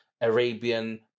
Arabian